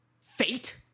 fate